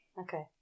Okay